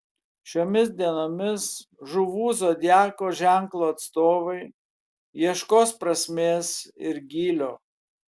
šiomis dienomis žuvų zodiako ženklo atstovai ieškos prasmės ir gylio